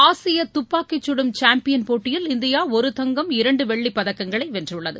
ஆசிய துப்பாக்கி சுடும் சாம்பியன் போட்டியில் இந்தியா ஒரு தங்கம் இரண்டு வெள்ளிப் பதக்கங்களை வென்றுள்ளது